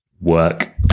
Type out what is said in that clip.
work